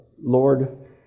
Lord